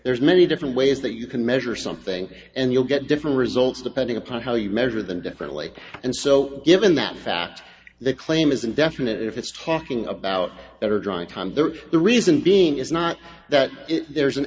there's many different ways that you can measure something and you'll get different results depending upon how you measure them differently and so given that fact the claim is indefinite if it's talking about better dry times there are the reason being is not that there's an